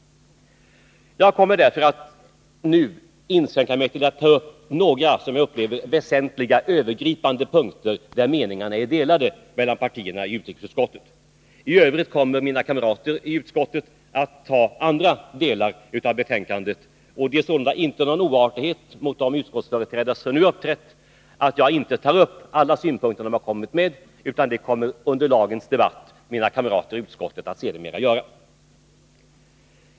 Jag kommer därför nu att inskränka mig till att ta upp några — som jag upplever det — väsentliga övergripande punkter, där meningarna är delade mellan partierna i utrikesutskottet. I övrigt kommer mina kamrater i utskottet att ta upp andra delar av betänkandet. Det är sålunda inte av oartighet mot de utskottsföreträdare som nu har uppträtt som jag inte tar upp alla synpunkter som de har framfört, utan det kommer sedermera under dagens debatt mina kamrater i utskottet att göra.